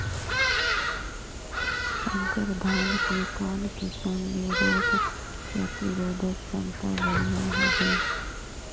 संकर धान के कौन किसम मे रोग प्रतिरोधक क्षमता बढ़िया हवे?